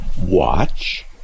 watch